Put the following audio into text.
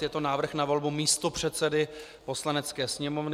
Je to návrh na volbu místopředsedy Poslanecké sněmovny.